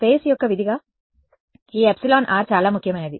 కాబట్టి స్పేస్ యొక్క విధిగా ఈ ఎప్సిలాన్ r చాలా ముఖ్యమైనది